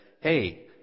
Hey